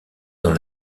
dans